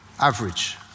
average